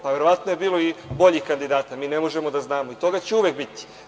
Pa, verovatno je bilo i boljih kandidata mi ne možemo da znamo i toga će uvek biti.